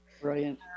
Brilliant